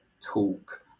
talk